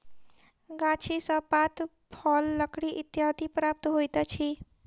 गाछी सॅ पात, फल, लकड़ी इत्यादि प्राप्त होइत अछि